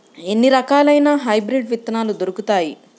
ఎన్ని రకాలయిన హైబ్రిడ్ విత్తనాలు దొరుకుతాయి?